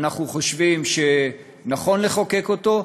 אנחנו חושבים שנכון לחוקק אותו.